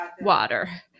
water